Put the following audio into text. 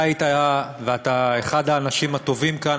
ואתה אחד האנשים הטובים כאן,